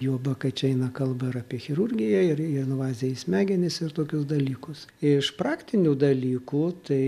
juoba kad čia eina kalba ir apie chirurgiją ir invaziją į smegenis ir tokius dalykus iš praktinių dalykų tai